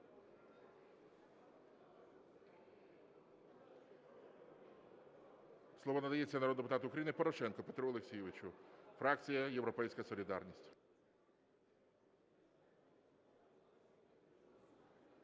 Слово надається народному депутату України Порошенку Петру Олексійовичу, фракція "Європейська солідарність".